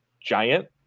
giant